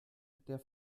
der